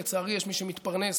ולצערי, יש מי שמתפרנס